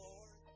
Lord